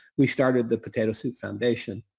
we started the potato soup foundation,